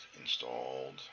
installed